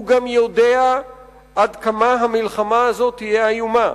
הוא גם יודע עד כמה המלחמה הזאת תהיה איומה.